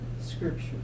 scripture